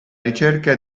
ricerca